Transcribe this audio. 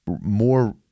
more